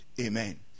Amen